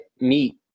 meat